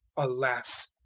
alas,